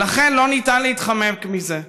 ולכן לא ניתן להתחמק מזה.